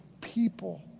people